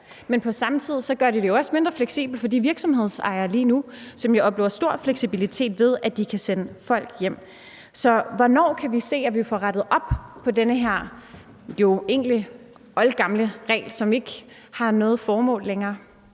jo på samme tid også mindre fleksibelt for de virksomhedsejere, som jo lige nu oplever stor fleksibilitet, ved at de kan sende folk hjem. Så hvornår kan vi se, at vi får rettet op på den her jo egentlig oldgamle regel, som ikke har noget formål længere?